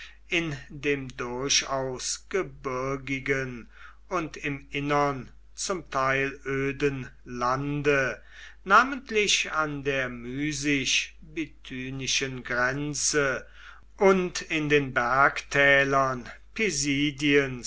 in dem durchaus gebirgigen und im innern zum teil öden lande namentlich an der mysisch bithynischen grenze und in den bergtälern